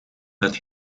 met